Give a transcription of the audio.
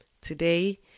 Today